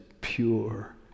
pure